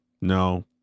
No